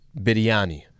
biryani